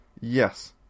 Yes